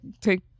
take